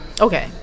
Okay